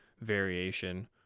variation